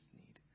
need